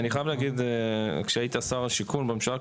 אני חייב להגיד, כשהיית שר השיכון בממשלה הקודמת,